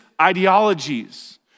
ideologies